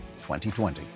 2020